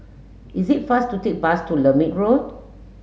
is it fast to take bus to Lermit Road